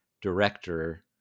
director